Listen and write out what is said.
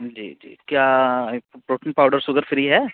जी जी क्या एक प्रोटीन पाउडर सुगर फ़्री है